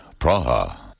Praha